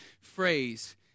phrase